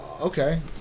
Okay